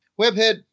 Webhead